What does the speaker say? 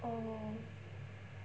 oh